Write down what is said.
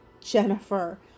Jennifer